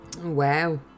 Wow